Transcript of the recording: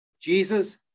jesus